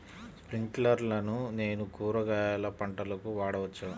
స్ప్రింక్లర్లను నేను కూరగాయల పంటలకు వాడవచ్చా?